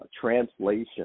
translation